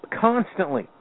constantly